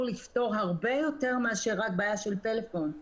לפתור הרבה יותר מאשר רק בעיה של פלאפון.